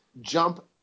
jump